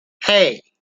hey